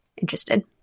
interested